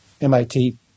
MIT